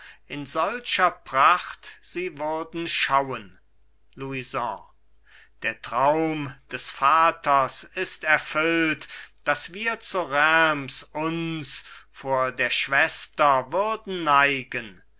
in solcher pracht sie würden schauen louison der traum des vaters ist erfüllt daß wir zu reims uns vor der schwester würden neigen